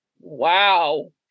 wow